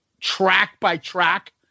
track-by-track